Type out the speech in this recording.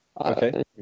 Okay